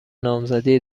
نامزدی